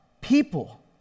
people